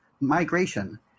migration